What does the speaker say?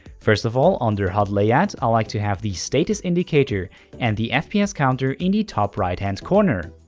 first of all, under hud layout i like to have the status indicator and the fps counter in the top right hand corner.